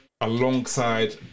alongside